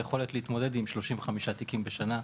היכולת היא להתמודד עם 35 תיקים בשנה,